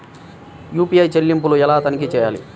UPI చెల్లింపులు ఎలా తనిఖీ చేయాలి?